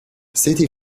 city